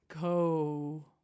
Go